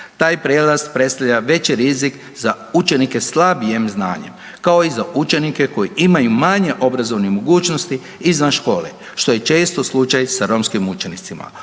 taj prijelaz predstavlja veći rizik za učenike slabijeg znanja kao i za učenike koji imaju manje obrazovnih mogućnosti izvan škole što je često slučaj sa romskim učenicima.